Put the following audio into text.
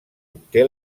obté